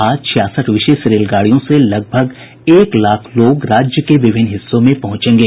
आज छियासठ विशेष रेलगाड़ियों से लगभग एक लाख लोग राज्य के विभिन्न हिस्सों में पहुंचेंगे